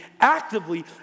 actively